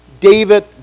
David